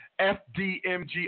FDMG